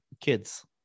kids